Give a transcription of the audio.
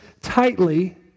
tightly